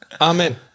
Amen